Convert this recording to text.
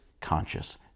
conscious